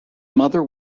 mother